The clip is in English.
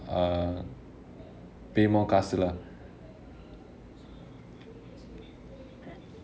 uh pay more காசு:kaasu lah